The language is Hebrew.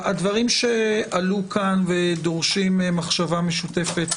הדברים שעלו כאן ודורשים מחשבה משותפת